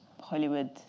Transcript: Hollywood